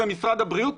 זה משרד הבריאות,